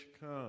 come